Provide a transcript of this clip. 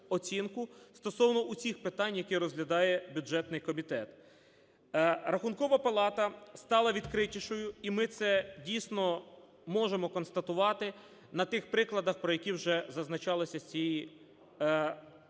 стосовно оцих питань, які розглядає бюджетний комітет. Рахункова палата стала відкритішою, і ми це, дійсно, можемо констатувати на тих прикладах, про які вже зазначалося з цієї